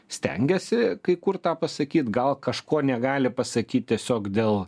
stengiasi kai kur tą pasakyt gal kažkuo negali pasakyt tiesiog dėl